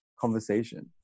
conversation